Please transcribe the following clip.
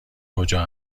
کجا